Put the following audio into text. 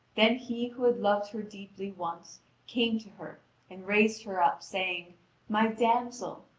then he who had loved her deeply once came to her and raised her up, saying my damsel,